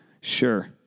Sure